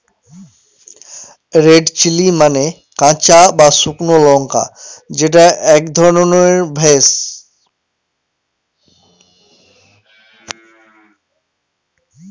red chilli মানে কাঁচা বা শুকনো লঙ্কা যেটা এক ধরনের ভেষজ